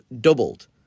doubled